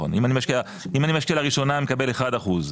אם אני משקיע לראשונה מקבל 1%,